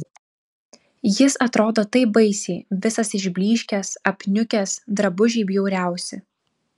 jis atrodo taip baisiai visas išblyškęs apniukęs drabužiai bjauriausi